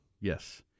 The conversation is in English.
Yes